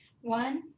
One